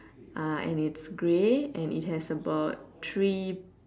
uh and it's grey and it has about three